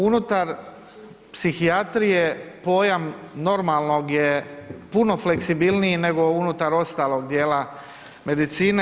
Unutar psihijatrije, pojam normalnog je puno fleksibilniji nego unutar ostalog dijela medicine.